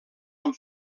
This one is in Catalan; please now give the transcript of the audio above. amb